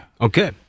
Okay